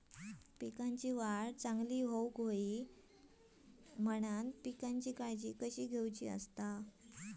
पिकाची वाढ चांगली होऊक होई म्हणान पिकाची काळजी कशी घेऊक होई?